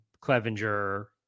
Clevenger